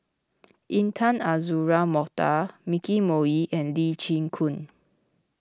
Intan Azura Mokhtar Nicky Moey and Lee Chin Koon